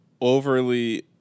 overly